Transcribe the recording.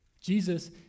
Jesus